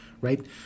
right